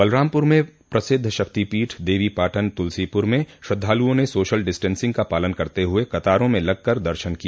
बलरामपुर में प्रसिद्ध शक्तिपीठ देवी पाटन तुलसीपुर में श्रद्वालुओं ने सोशल डिस्टेंसिंग का पालन करते हुए कतारों में लग कर दर्शन किया